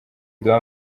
iduha